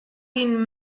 been